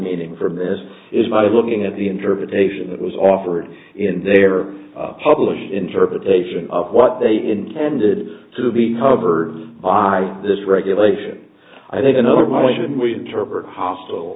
meaning from this is my looking at the interpretation that was offered in their published interpretation of what they intended to be covered by this regulation i think another moti